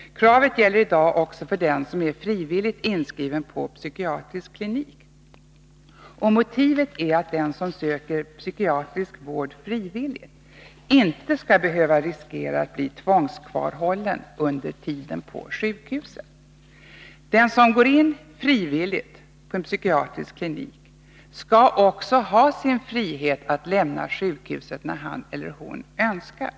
Kravet gäller i dag också för den som är frivilligt inskriven på psykiatrisk klinik. Motivet är att den som söker psykiatrisk vård frivilligt inte skall behöva riskera att bli tvångskvarhållen under tiden på sjukhuset. Den som går in frivilligt på en psykiatrisk klinik skall också ha sin frihet att lämna sjukhuset när han eller hon önskar.